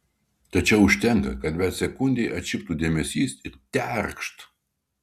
tačiau užtenka kad bent sekundei atšiptų dėmesys ir terkšt